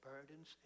burdens